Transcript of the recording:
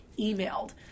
emailed